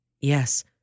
Yes